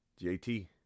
JT